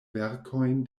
verkojn